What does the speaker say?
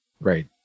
Right